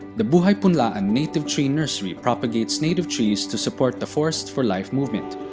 the buhay punlaan and native tree nursery propagates native trees to support the forests for life movement.